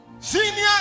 senior